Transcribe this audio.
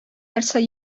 нәрсә